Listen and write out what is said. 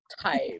type